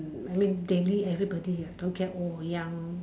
I mean daily everybody don't care old or young